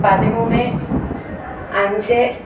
പതിമൂന്ന് അഞ്ച്